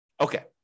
Okay